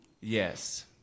Yes